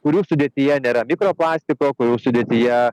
kurių sudėtyje nėra mikroplastiko kurių sudėtyje